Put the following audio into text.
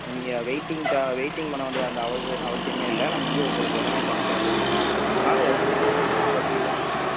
நீங்கள் வெய்ட்டிங் தா வெய்ட்டிங் பண்ண வேண்டிய அந்த அவசி அவசியமே இல்லை நாங்கள் வந்து உங்களுக்கு உடனே பணத்தை வந்து கொடுத்துருவோம் மேடம் எங்களால் எவ்வளோ சீக்கிரம் முடியுமோ அவ்வளோ சீக்கிரம் கொடுத்துருவோம்